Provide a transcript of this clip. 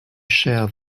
shear